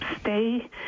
stay